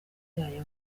byayo